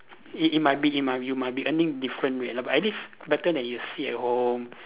it it might be it might you might be earning different rate lah but at least better than you sit at home